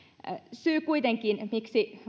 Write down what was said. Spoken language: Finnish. syy siihen miksi